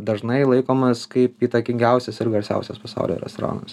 dažnai laikomas kaip įtakingiausias ir garsiausias pasaulio restoranas